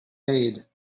made